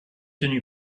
tenu